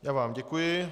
Já vám děkuji.